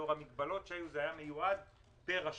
לאור המגבלות שהיו, זה היה מיועד פר רשות.